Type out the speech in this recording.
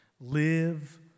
live